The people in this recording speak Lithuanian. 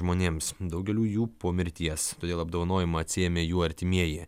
žmonėms daugeliui jų po mirties todėl apdovanojimą atsiėmė jų artimieji